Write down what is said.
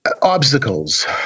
Obstacles